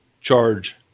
charge